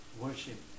worship